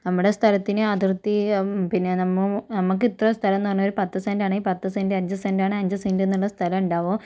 നമ്മുടെ സ്ഥലത്തിനെ അതിർത്തി പിന്നെ നമ്മ് നമുക്ക് ഇത്രയും സ്ഥലമെന്ന് പറഞ്ഞാൽ ഒരു പത്തുസെൻറ്റാണെങ്കിൽ പത്തുസെൻഡ് അഞ്ചു സെൻഡെന്നുള്ള സ്ഥലം ഉണ്ടാവും